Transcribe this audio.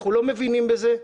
אנחנו לא מבינים בזה.